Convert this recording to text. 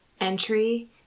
entry